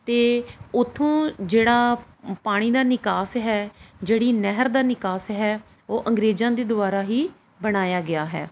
ਅਤੇ ਉੱਥੋਂ ਜਿਹੜਾ ਪਾਣੀ ਦਾ ਨਿਕਾਸ ਹੈ ਜਿਹੜੀ ਨਹਿਰ ਦਾ ਨਿਕਾਸ ਹੈ ਉਹ ਅੰਗਰੇਜ਼ਾਂ ਦੇ ਦੁਆਰਾ ਹੀ ਬਣਾਇਆ ਗਿਆ ਹੈ